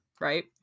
Right